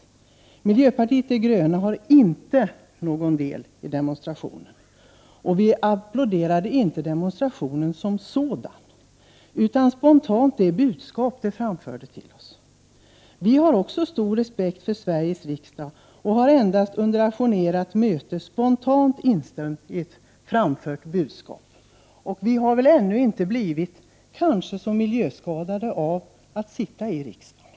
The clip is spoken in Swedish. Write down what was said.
Vi i miljöpartiet de gröna hade inte någon del i demonstrationen, och vi applåderade inte demonstrationen som sådan, utan vi applåderade spontant det budskap som demonstranterna framförde till oss. Vi har också stor respekt för Sveriges riksdag och har endast under ajournerat sammanträde spontant instämt i ett framfört budskap. Vi har kanske ännu inte blivit så miljöskadade av att sitta i riksdagen.